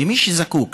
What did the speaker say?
למי שזקוק,